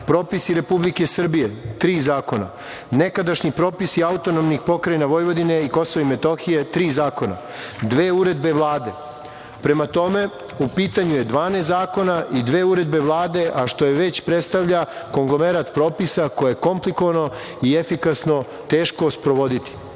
propisi Republike Srbije – tri zakona, nekadašnji propisi autonomnih pokrajina Vojvodine i KiM – tri zakona, dve uredbe Vlade. Prema tome, u pitanju je 12 zakona i dve uredbe Vlade, a što već predstavlja konglomerat propisa koje je komplikovano i efikasno teško sprovoditi. Zato